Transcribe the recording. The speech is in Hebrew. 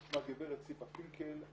שמה גברת ציפה פינקל,